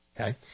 Okay